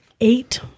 eight